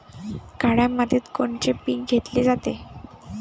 काळ्या मातीत कोनचे पिकं घेतले जाते?